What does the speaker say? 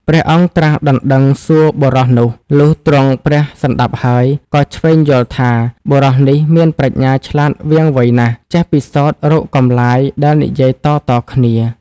ព្រះអង្គត្រាស់ដណ្ដឹងសួរបុរសនោះ លុះទ្រង់ព្រះសណ្ដាប់ហើយ ក៏ឈ្វេងយល់ថា បុរសនេះមានប្រាជ្ញាឆ្លាតវាងវៃណាស់ ចេះពិសោធរកកម្លាយដែលនិយាយតៗគ្នា ។